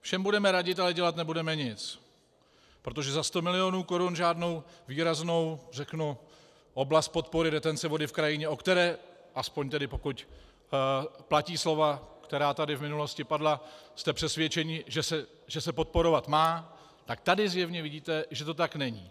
Všem budeme radit, ale dělat nebudeme nic, protože za 100 milionů korun žádnou výraznou oblast podpory retence vody v krajině, o které, aspoň tedy pokud platí slova, která tady v minulosti padla, jste přesvědčeni, že se podporovat má, tak tady zjevně vidíte, že to tak není.